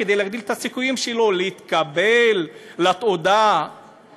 כדי להגדיל את הסיכויים שלו לקבל את התעודה שמבקשים,